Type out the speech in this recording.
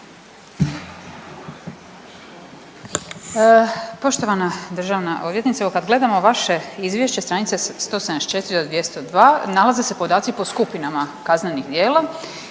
Poštovana državna odvjetnice. Evo kad gledamo vaše izvješće stranice 174-202 nalaze se podaci po skupinama kaznenih djela.